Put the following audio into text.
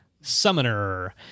summoner